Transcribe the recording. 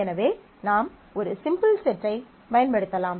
எனவே நாம் ஒரு சிம்பிள் செட்டைப் பயன்படுத்தலாம்